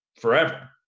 forever